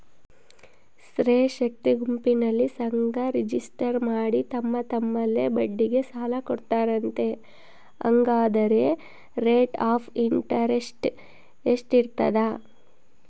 ಸ್ತ್ರೇ ಶಕ್ತಿ ಗುಂಪಿನಲ್ಲಿ ಸಂಘ ರಿಜಿಸ್ಟರ್ ಮಾಡಿ ತಮ್ಮ ತಮ್ಮಲ್ಲೇ ಬಡ್ಡಿಗೆ ಸಾಲ ಕೊಡ್ತಾರಂತೆ, ಹಂಗಾದರೆ ರೇಟ್ ಆಫ್ ಇಂಟರೆಸ್ಟ್ ಎಷ್ಟಿರ್ತದ?